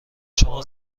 شما